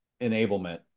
enablement